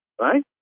Right